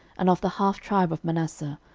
and of the half tribe of manasseh,